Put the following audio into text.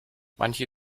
manche